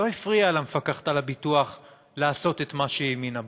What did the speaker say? לא הפריע למפקחת על הביטוח לעשות את מה שהיא האמינה בו.